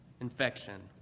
infection